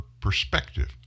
perspective